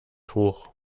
hoch